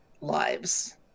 lives